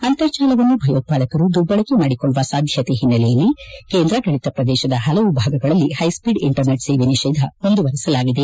ಅಂತರ್ಜಾಲವನ್ನು ಭಯೋತ್ಪಾದಕರು ದುರ್ಬಳಕೆ ಮಾಡಿಕೊಳ್ಳುವ ಸಾಧ್ವತೆ ಹಿನ್ನೆಲೆಯಲ್ಲಿ ಕೇಂದ್ರಾಡಳಿತ ಪ್ರದೇಶದ ಹಲವು ಭಾಗಗಳಲ್ಲಿ ಹೈಸ್ವೀಡ್ ಇಂಟರ್ನೆಟ್ ಸೇವೆ ನಿಷೇಧ ಮುಂದುವರೆಸಲಾಗಿದೆ